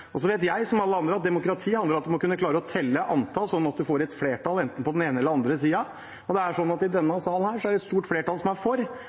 Så vet jeg som alle andre at demokrati handler om at man må kunne klare å telle, sånn at man får et flertall enten på den ene eller den andre siden, og i denne salen er det et stort flertall som er for.